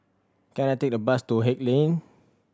can I take a bus to Haig Lane